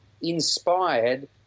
inspired